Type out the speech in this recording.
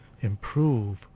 improve